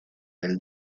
del